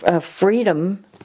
freedom